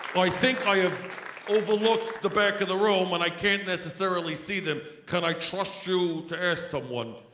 i think i have overlooked the back of the room and i can't necessarily see them. can i trust you to ask someone.